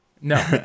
No